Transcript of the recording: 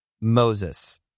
Moses